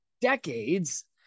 Decades